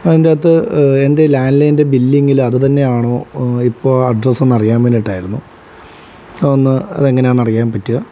അതിൻ്റ അകത്ത് എൻ്റെ ലാൻഡ് ലൈനിൻ്റെ ബില്ലിങ്ങില് അത് തന്നെയാണോ ഇപ്പോൾ അഡ്രസ്സ് എന്ന് അറിയാൻ വേണ്ടിയിട്ടായിരുന്നു ഒന്ന് അതെങ്ങനെയാന്ന് അറിയാൻ പറ്റിയാൽ